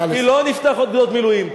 נפתח עוד גדוד מילואים.